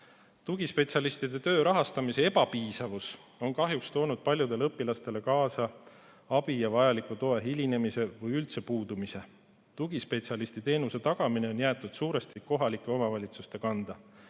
Tugispetsialistide töö rahastamise ebapiisavus on kahjuks toonud paljudele õpilastele kaasa abi ja vajaliku toe hilinemise või üldse puudumise. Tugispetsialistiteenuse tagamine on jäetud suuresti kohalike omavalitsuste kanda.